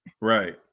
Right